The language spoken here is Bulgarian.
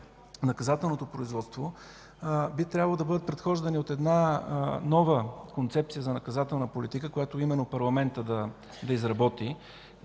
наказателното производство, би трябвало да бъдат предхождани от една нова концепция за наказателна политика, която именно парламентът да изработи,